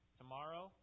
tomorrow